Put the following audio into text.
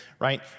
Right